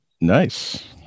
Nice